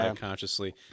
consciously